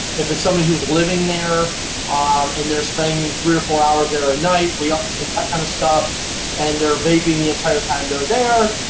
if it's somebody who's living there um and they're spending three or four hours there a night we often get that kind of stuff and they're vaping the entire time they're there,